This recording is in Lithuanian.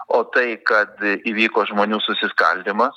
o tai kad įvyko žmonių susiskaldymas